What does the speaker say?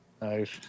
Nice